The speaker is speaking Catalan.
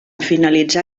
finalitzar